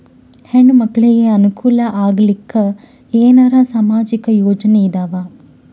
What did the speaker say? ಹೆಣ್ಣು ಮಕ್ಕಳಿಗೆ ಅನುಕೂಲ ಆಗಲಿಕ್ಕ ಏನರ ಸಾಮಾಜಿಕ ಯೋಜನೆ ಇದಾವ?